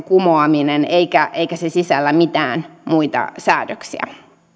kumoaminen eikä se sisällä mitään muita säädöksiä